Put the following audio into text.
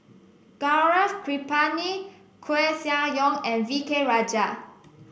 Gaurav Kripalani Koeh Sia Yong and V K Rajah